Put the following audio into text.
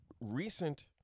recent